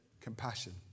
compassion